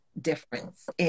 difference